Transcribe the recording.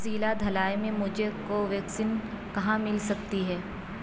ضلع دھلائی میں مجھے کوویکسین کہاں مل سکتی ہے